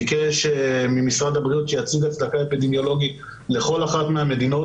ביקש ממשרד הבריאות שיציג הצדקה אפידמיולוגית לכל אחת מהמדינות.